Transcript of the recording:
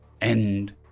End